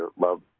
love